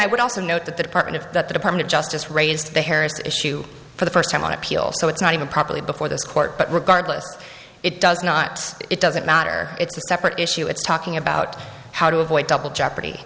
i would also note that the department of that the department of justice raised the hairs issue for the first time on appeal so it's not even properly before this court but regardless it does not it doesn't matter it's a separate issue it's talking about how to avoid double jeopardy